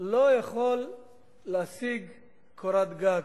לא יכול להשיג קורת-גג.